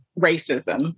racism